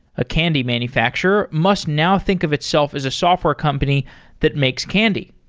a candy manufacturer must now think of itself as a software company that makes candy.